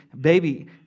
baby